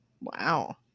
wow